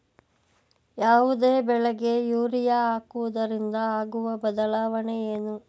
ಯಾವುದೇ ಬೆಳೆಗೆ ಯೂರಿಯಾ ಹಾಕುವುದರಿಂದ ಆಗುವ ಬದಲಾವಣೆ ಏನು?